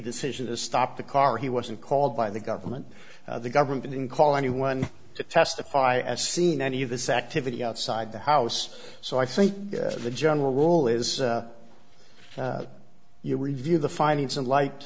decision to stop the car he wasn't called by the government the government in call anyone to testify as seen any of this activity outside the house so i think the general rule is if you review the findings and light